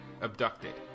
abducted